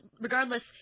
regardless